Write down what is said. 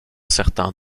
certain